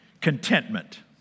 contentment